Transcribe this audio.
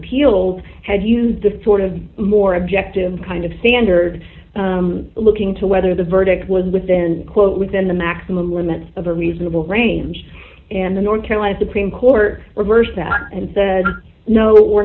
ppeals had used a sort of more objective kind of standard looking to whether the verdict was within quote within the maximum limits of a reasonable range and the north carolina supreme court reversed that and said no we're